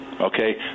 Okay